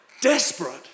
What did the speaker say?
desperate